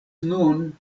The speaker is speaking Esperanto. nun